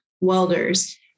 welders